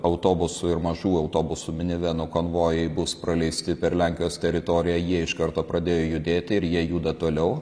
autobusų ir mažųjų autobusų minivenų konvojai bus praleisti per lenkijos teritoriją jie iš karto pradėjo judėti ir jie juda toliau